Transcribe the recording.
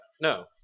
No